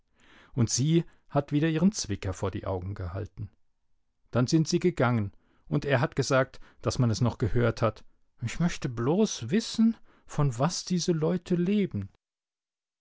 und sie hat wieder ihren zwicker vor die augen gehalten dann sind sie gegangen und er hat gesagt daß man es noch gehört hat ich möchte bloß wissen von was diese leute leben